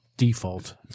default